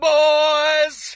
boys